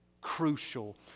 crucial